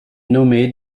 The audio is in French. nommée